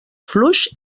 fluix